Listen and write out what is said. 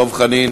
דב חנין,